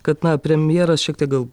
kad na premjeras šiek tiek gal